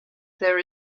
there